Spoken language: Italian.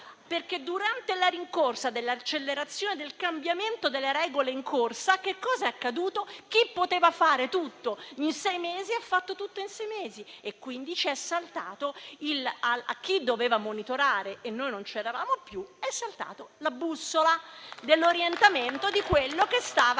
Durante la rincorsa dell'accelerazione a cambiare le regole in corsa, infatti, è accaduto che chi poteva fare tutto in sei mesi ha fatto tutto in sei mesi e quindi a chi doveva monitorare - e noi non c'eravamo più - è saltata la bussola dell'orientamento di quello che stava